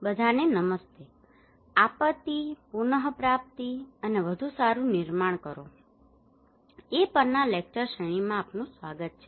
બધાને નમસ્તે આપત્તિ પુનપ્રાપ્તિ અને વધુ સારું નિર્માણ કરો પરના લેક્ચર શ્રેણીમાં આપનું સ્વાગત છે